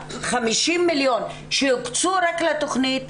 50 מיליון שיוקצו רק לתכנית,